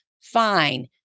fine